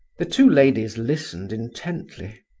the two ladies listened intently.